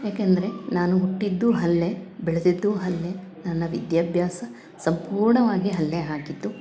ಯಾಕೆಂದರೆ ನಾನು ಹುಟ್ಟಿದ್ದು ಅಲ್ಲೆ ಬೆಳೆದಿದ್ದು ಅಲ್ಲೆ ನನ್ನ ವಿದ್ಯಾಭ್ಯಾಸ ಸಂಪೂರ್ಣವಾಗಿ ಅಲ್ಲೆ ಆಗಿದ್ದು